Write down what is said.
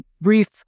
brief